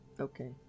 Okay